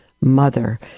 Mother